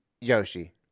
yoshi